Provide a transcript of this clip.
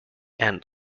and